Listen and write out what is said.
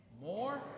More